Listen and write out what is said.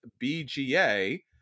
BGA